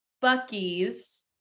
Bucky's